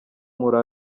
muri